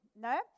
No